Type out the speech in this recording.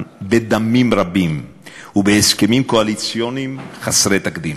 בדמים רבים ובהסכמים קואליציוניים חסרי תקדים.